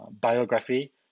biography